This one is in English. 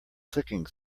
clicking